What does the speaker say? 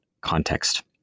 context